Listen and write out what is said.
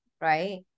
right